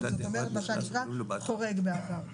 זאת אומרת מה שהיה נקרא חורג בעבר.